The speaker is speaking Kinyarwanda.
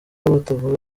batavuga